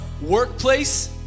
workplace